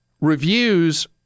reviews